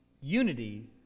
unity